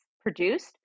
produced